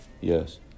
Yes